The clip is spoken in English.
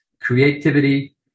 Creativity